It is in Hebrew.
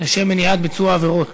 לשם מניעת ביצוע עבירות